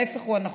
ההפך הוא הנכון.